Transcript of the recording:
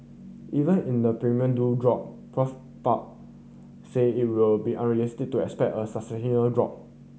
even in the premium do drop Prof Park say it will be unrealistic to expect a drop